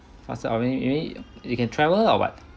faster uh you can travel or what